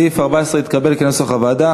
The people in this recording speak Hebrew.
סעיף 14 התקבל כנוסח הוועדה.